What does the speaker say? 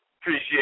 appreciate